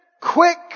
Quick